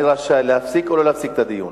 רשאי להפסיק או לא להפסיק את הדיון.